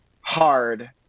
hard